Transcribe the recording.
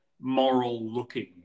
moral-looking